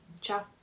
ciao